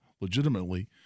legitimately